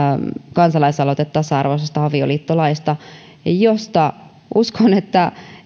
kansalaisaloite tasa arvoisesta avioliittolaista josta uskon että